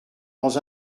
dans